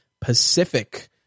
Pacific